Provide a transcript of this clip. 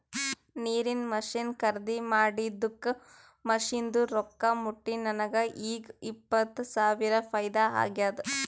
ನೀರಿಂದ್ ಮಷಿನ್ ಖರ್ದಿ ಮಾಡಿದ್ದುಕ್ ಮಷಿನ್ದು ರೊಕ್ಕಾ ಮುಟ್ಟಿ ನನಗ ಈಗ್ ಇಪ್ಪತ್ ಸಾವಿರ ಫೈದಾ ಆಗ್ಯಾದ್